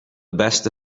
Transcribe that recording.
beste